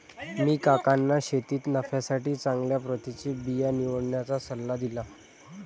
मी काकांना शेतीत नफ्यासाठी चांगल्या प्रतीचे बिया निवडण्याचा सल्ला दिला